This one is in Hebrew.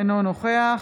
אינו נוכח